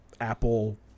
Apple